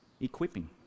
equipping